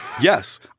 Yes